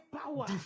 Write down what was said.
power